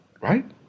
right